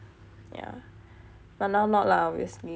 yah but now not lah obviously